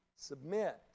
submit